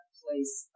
place